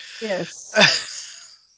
Yes